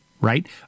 right